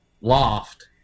loft